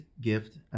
gift